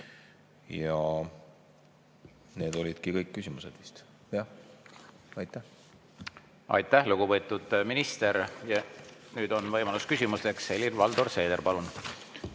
Ja need olidki kõik küsimused vist. Jah. Aitäh! Aitäh, lugupeetud minister! Nüüd on võimalus küsimusteks. Helir-Valdor Seeder, palun!